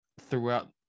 throughout